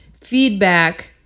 feedback